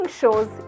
shows